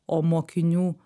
o mokinių